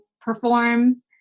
perform